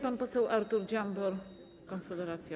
Pan poseł Artur Dziambor, Konfederacja.